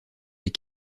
des